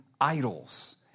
idols